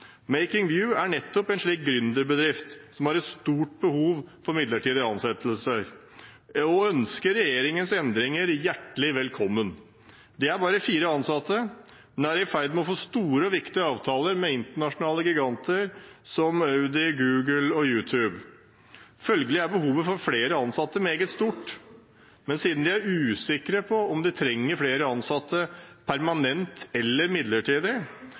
Making View er nettopp en slik gründerbedrift som har stort behov for midlertidig ansatte og ønsker regjeringens endringer hjertelig velkommen. De er bare fire ansatte, men er i ferd med å få store og viktige avtaler med internasjonale giganter som Audi, Google og YouTube. Følgelig er behovet for flere ansatte meget stort, men siden de er usikre på om de trenger flere ansatte permanent eller midlertidig,